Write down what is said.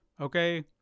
okay